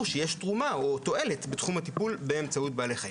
שיש תרומה או תועלת בתחום הטיפול באמצעות בעלי חיים.